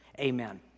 amen